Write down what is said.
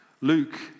Luke